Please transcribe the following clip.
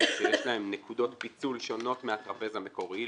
שיש להם נקודות פיצול מהטרפז המקורי,